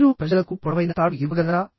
మీరు ప్రజలకు పొడవైన తాడు ఇవ్వగలరా